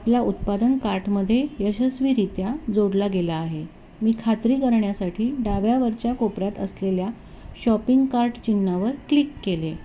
आपलं उत्पादन कार्टमध्ये यशस्वीरित्या जोडला गेला आहे मी खात्री करण्यासाठी डाव्या वरच्या कोपऱ्यात असलेल्या शॉपिंग कार्ट चिन्हावर क्लिक केले